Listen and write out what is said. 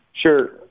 Sure